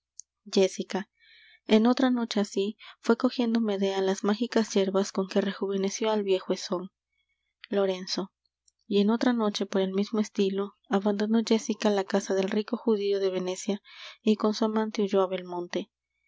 jéssica en otra noche así fué cogiendo medea las mágicas yerbas con que rejuveneció al viejo eson lorenzo y en otra noche por el mismo estilo abandonó jéssica la casa del rico judío de venecia y con su amante huyó á belmonte